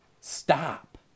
Stop